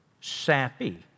sappy